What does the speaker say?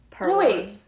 wait